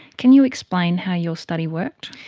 can you explain how your study worked?